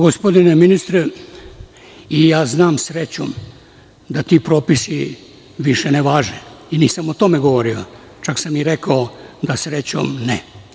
Gospodine ministre, ja znam srećom da ti propisi više ne važe i nisam o tome govorio, čak sam i rekao - da srećom ne.